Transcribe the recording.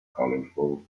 colourful